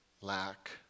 lack